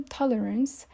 tolerance